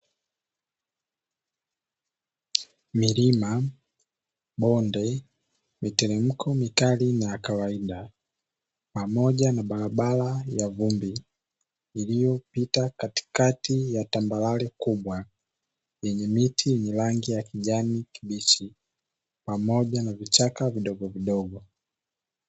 Milima, bonde, miteremko mikali na ya kawaida pamoja na barabara ya vumbi iliyopita katikati ya tambarare kubwa, yenye miti yenye rangi ya kijani kibichi pamoja na vichaka vidogovidogo.